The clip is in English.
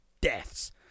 deaths